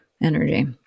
energy